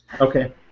Okay